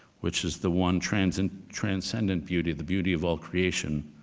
which is the one transcendent transcendent beauty, the beauty of all creation,